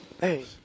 hey